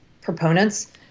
proponents